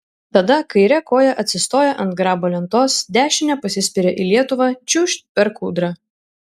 tada kaire koja atsistoja ant grabo lentos dešine pasispiria į lietuvą čiūžt per kūdrą